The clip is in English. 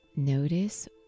Notice